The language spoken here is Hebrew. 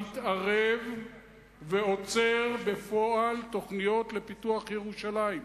מתערב ועוצר בפועל תוכניות לפיתוח ירושלים?